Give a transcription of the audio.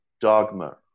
dogma